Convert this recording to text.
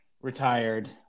retired